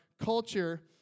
culture